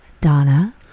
Donna